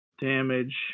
damage